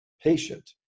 patient